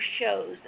shows